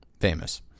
Famous